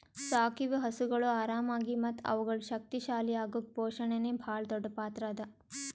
ಸಾಕಿವು ಹಸುಗೊಳ್ ಆರಾಮಾಗಿ ಮತ್ತ ಅವುಗಳು ಶಕ್ತಿ ಶಾಲಿ ಅಗುಕ್ ಪೋಷಣೆನೇ ಭಾಳ್ ದೊಡ್ಡ್ ಪಾತ್ರ ಅದಾ